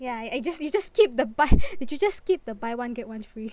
yeah I just you just skipped the part you just skipped the buy one get one free